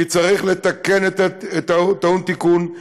כי צריך לתקן את הטעון תיקון,